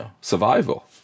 Survival